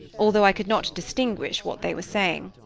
although i could not distinguish what they were saying.